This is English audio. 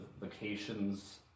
vacations